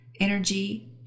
energy